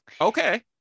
Okay